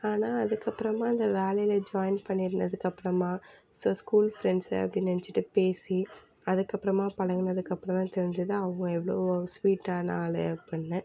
ஆனால் அதுக்கப்புறமா அந்த வேலையில் ஜாயின் பண்ணிருந்ததுக்கு அப்புறமா ஸோ ஸ்கூல் ஃப்ரெண்ட்ஸு அப்படின்னு நினச்சிட்டு பேசி அதுக்கப்புறமா பழகினத்துக்கு அப்புறம் தான் தெரிஞ்சிது அவங்க எவ்வளோ ஸ்வீட்டான ஆளு அப்புடின்னு